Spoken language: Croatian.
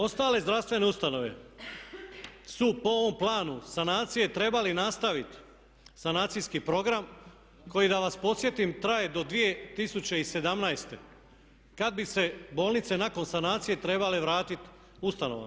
Ostale zdravstvene ustanove su po ovom planu sanacije trebali nastaviti sanacijski program koji da vas podsjetim traje do 2017. kad bi se bolnice nakon sanacije trebale vratiti ustanovama.